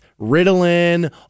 Ritalin